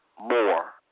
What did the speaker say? More